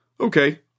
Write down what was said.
Okay